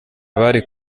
bari